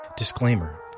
Disclaimer